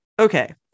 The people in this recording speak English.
Okay